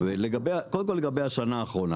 קודם כל לגבי השנה האחרונה,